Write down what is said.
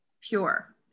pure